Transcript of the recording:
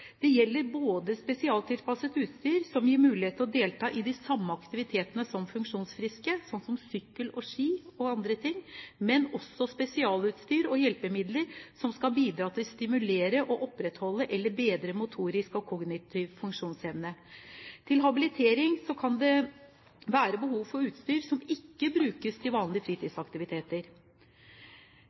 Det gjelder både spesialtilpasset utstyr som gir funksjonshemmede mulighet til å delta i de samme aktivitetene som funksjonsfriske, som sykkel, ski og andre ting, men også spesialutstyr og hjelpemidler som skal bidra til å stimulere og opprettholde eller bedre motorisk og kognitiv funksjonsevne. Til habilitering kan det være behov for utstyr som ikke brukes til vanlige fritidsaktiviteter.